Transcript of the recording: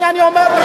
הנה אני אומר לך,